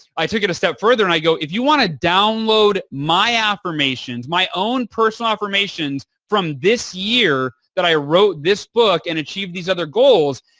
i take it a step further and i go, if you want to download my affirmations, my own personal affirmations from this year that i wrote this book and achieve these other goals,